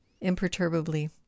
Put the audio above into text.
imperturbably